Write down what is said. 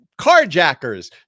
carjackers